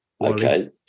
Okay